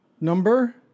Number